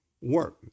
work